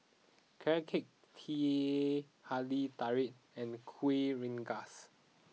Carrot Cake Teh Halia Tarik and Kueh Rengas